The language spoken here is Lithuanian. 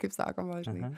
kaip sakoma žinai